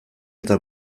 eta